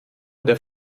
der